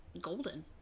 golden